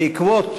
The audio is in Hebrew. בעקבות